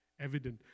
evident